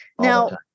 Now